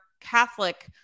Catholic